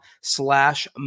slash